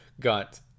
got